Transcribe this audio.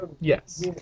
Yes